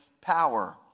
power